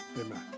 Amen